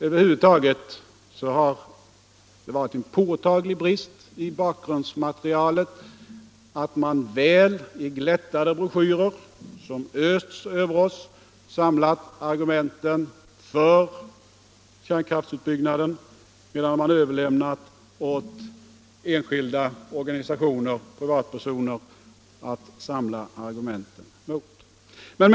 Över huvud taget har det varit en påtaglig brist i bakgrundsmaterialet att man i glättade broschyrer som östs över oss samlat argumenten för kärnkraftsutbyggnaden, medan man överlämnat åt enskilda organisationer och privatpersoner att samla argumenten mot.